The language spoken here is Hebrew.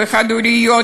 וחד-הוריות,